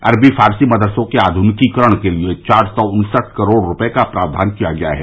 अरबी फारसी मदरसों के आधुनिकीकरण के लिये चार सौ उन्सठ करोड़ रूपये का प्रावधान किया गया है